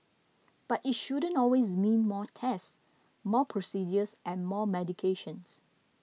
but it shouldn't always mean more tests more procedures and more medications